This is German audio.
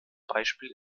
beispiel